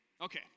Okay